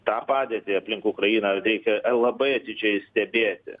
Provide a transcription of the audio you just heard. tą padėtį aplink ukrainą reikia labai atidžiai stebėti